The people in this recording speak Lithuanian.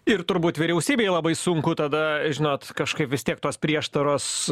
ir turbūt vyriausybei labai sunku tada žinot kažkaip vis tiek tos prieštaros